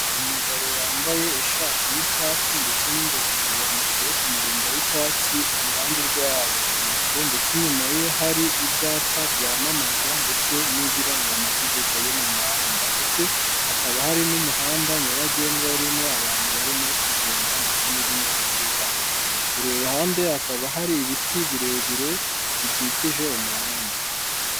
Umugabo wambaye ishati y'icyatsi ndetse n'ingofero ya moto yo kumurinda y'icyatsi, iruhande rwe hahagaze moto ndetse inyuma ye hari ibyapa byamamaza ndetse n'ibiranga amategeko yo mu muhanda, ndetse hakaba hari n'umuhanda nyabagendwa urimo abantu barimo kugenda ndetse n'ibinyabiziga, ku ruhande hakaba hari ibiti birebire bikikije umuhanda.